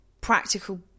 practical